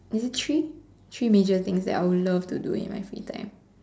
is it three three major things that I would love to do in my free time